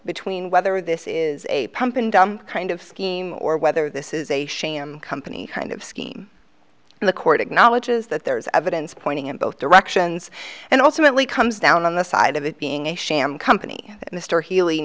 between whether this is a pump and dump kind of scheme or whether this is a sham company kind of scheme and the court acknowledges that there is evidence pointing in both directions and ultimately comes down on the side of it being a sham company that mr heal